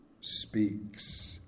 speaks